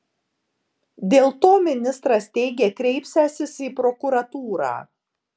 dėl to ministras teigė kreipsiąsis į prokuratūrą